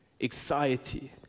anxiety